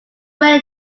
many